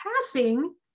Passing